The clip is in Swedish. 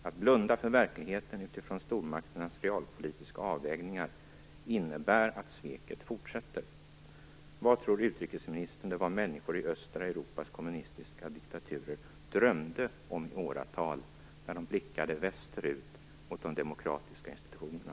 Att blunda för verkligheten utifrån stormakternas realpolitiska avvägningar innebär att sveket fortsätter. Vad tror utrikesministern att människor i östra Europas kommunistiska diktaturer drömde om i åratal när de blickade västerut mot de demokratiska institutionerna?